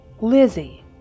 Lizzie